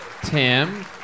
Tim